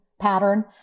pattern